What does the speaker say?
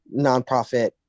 nonprofit